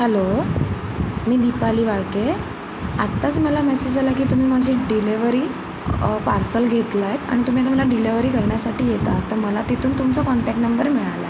hello मी दीपाली वाळके आत्ताच मला मॅसेज आला की तुम्ही माझी डिलेवरी पार्सल घेतलं आहेत आणि तुम्ही मला डिलेवरी करण्यासाठी येत आहा तर मला तिथून तुमचा कॉँटॅक्ट नंबर मिळाला